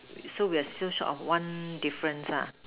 so we are still short of one difference ah